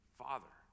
father